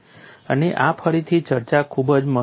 અને આ ફરીથી ચર્ચા ખૂબ જ મુળભૂત છે